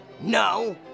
No